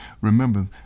Remember